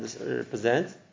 represent